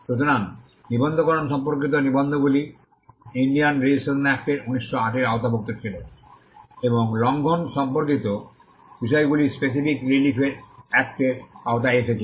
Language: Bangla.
সুতরাং নিবন্ধকরণ সম্পর্কিত নিবন্ধগুলি ইন্ডিয়ান রেজিস্ট্রেশন একট -এর 1908 এর আওতাভুক্ত ছিল এবং লঙ্ঘন সম্পর্কিত বিষয়গুলি স্পেসিফিক রিলিফ একট-এর আওতায় এসেছে